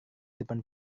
depan